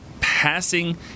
passing